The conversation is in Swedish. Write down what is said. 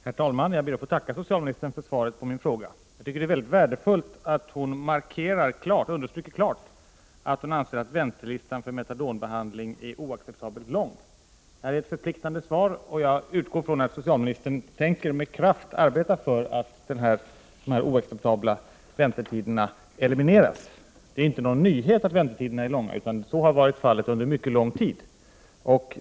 Herr talman! Jag ber att få tacka socialministern för svaret på min fråga. Det är värdefullt att hon klart understryker att hon anser att väntelistan för metadonbehandling är oacceptabelt lång. Det är ett förpliktande svar, och 35 jag utgår från att socialministern med kraft tänker arbeta för att dessa oacceptabla väntetider elimineras. Det är inte någon nyhet att väntetiderna är långa, utan så har varit fallet under mycket lång tid.